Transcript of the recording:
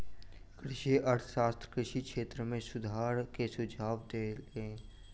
कृषि अर्थशास्त्री कृषि क्षेत्र में सुधार के सुझाव देलैन